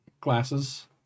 glasses